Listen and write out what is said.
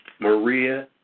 Maria